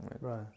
right